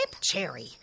Cherry